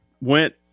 went